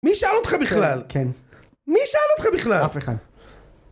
מי שאל אותך בכלל? כן. מי שאל אותך בכלל? אף אחד.